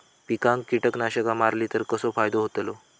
पिकांक कीटकनाशका मारली तर कसो फायदो होतलो?